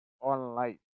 online